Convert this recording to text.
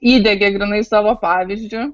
įdiegė grynai savo pavyzdžiu